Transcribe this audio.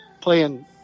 playing